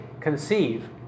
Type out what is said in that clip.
conceive